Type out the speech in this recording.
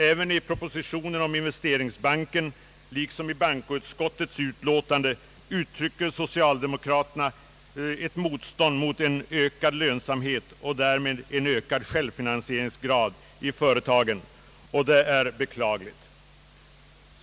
Även i propositionen om investeringsbanken — liksom i bankoutskottets utlåtande uttrycker socialdemokraterna ett motstånd mot ökad lönsamhet och därmed en ökad självfinansieringsgrad i företagen, och det är beklagligt.